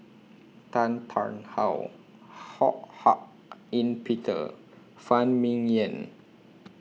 Tan Tarn How Ho Hak Ean Peter Phan Ming Yen